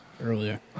earlier